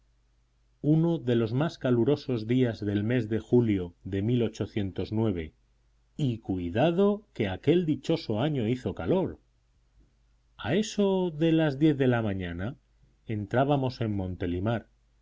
uno de los más calurosos días del mes de julio de y cuidado que aquel dichoso año hizo calor a eso de las diez de la mañana entrábamos en montelimart